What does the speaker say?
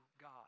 God